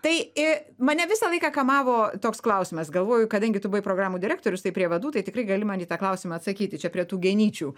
tai mane visą laiką kamavo toks klausimas galvoju kadangi tu buvai programų direktorius tai prie vadų tai tikrai gali man į klausimą atsakyti čia prie tų genyčių